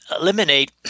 eliminate